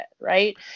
right